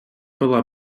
пила